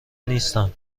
نیستم